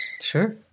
Sure